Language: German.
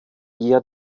eher